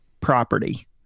property